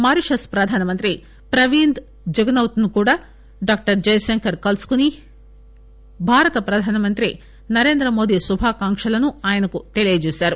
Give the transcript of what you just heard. Mauritius ప్రధానమంత్రి Pravind Jugnauth ను కూడా డాక్టర్ జయశంకర్ కలుసుకొని భారత ప్రధానమంత్రి నరేంద్రమోది శుభాకాంక్షలను ఆయనకు తెలియజేశారు